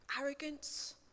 Arrogance